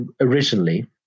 originally